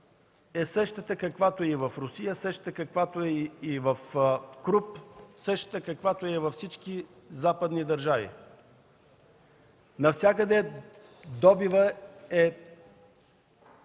е същата, каквато е и в Русия, каквато е и в „Круп”, същата каквато е и във всички западни държави. Навсякъде добивът е